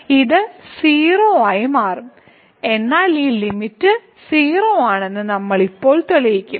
ഇത് 0 ആയി മാറും എന്നാൽ ഈ ലിമിറ്റ് 0 ആണെന്ന് നമ്മൾ ഇപ്പോൾ തെളിയിക്കും